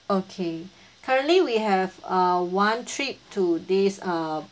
okay currently we have uh one trip to this uh